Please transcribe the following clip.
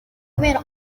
kubera